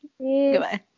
Goodbye